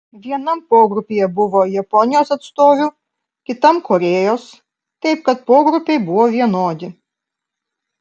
vienam pogrupyje buvo japonijos atstovių kitam korėjos taip kad pogrupiai buvo vienodi